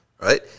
Right